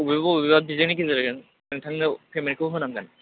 बबेबा बबेबा बिजोंनि गेजेरजों नोंथांनाव पेमेन्टखौ होनांगोन